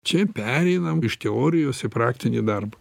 čia pereinam iš teorijos į praktinį darbą